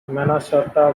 minnesota